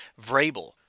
Vrabel